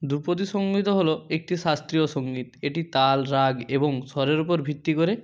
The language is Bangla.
ধ্রুপদী সঙ্গীতও হলো একটি শাস্ত্রীয় সঙ্গীত এটি তাল রাগ এবং স্বরের উপর ভিত্তি করে